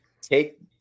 take